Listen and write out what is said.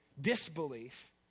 disbelief